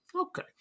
okay